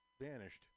vanished